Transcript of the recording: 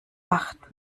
acht